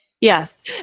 Yes